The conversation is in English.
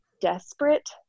desperate